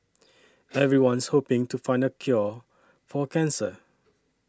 everyone's hoping to find the cure for cancer